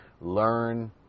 learn